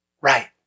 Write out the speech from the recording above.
Right